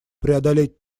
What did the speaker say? преодолеть